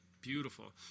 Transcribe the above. beautiful